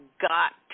got